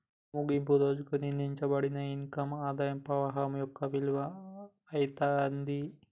ముగింపు రోజుకి నిర్ణయింపబడిన ఇన్కమ్ ఆదాయ పవాహం యొక్క విలువ అయితాది